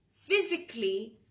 physically